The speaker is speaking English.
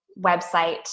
website